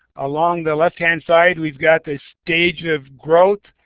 along the left hand side we've got this gauge of growth,